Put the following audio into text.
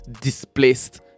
displaced